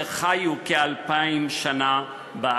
שחיו בארצות הללו כ-2,000 שנה.